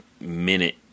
minute